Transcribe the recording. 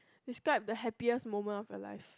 describe the happiest moment of a life